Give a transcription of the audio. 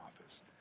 office